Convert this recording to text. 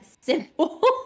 simple